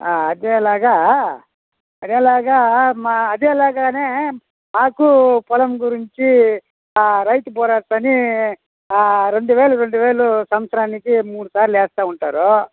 అదేలాగ అదేలాగ మా అదేలాగ మాకు పొలం గురించి రైతు భరోసా అని రెండు వేలు రెండు వేలు సంవత్సరానికి మూడుసార్లు వేస్తు ఉంటారు